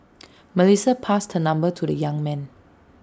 Melissa passed her number to the young man